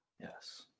yes